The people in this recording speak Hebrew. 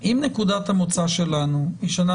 אנחנו באים ואומרים שיש כאן